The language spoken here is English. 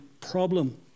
problem